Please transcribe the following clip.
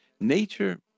nature